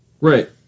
Right